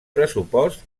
pressupost